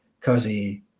cozy